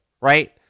right